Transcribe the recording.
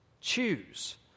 Choose